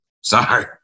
sorry